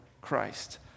Christ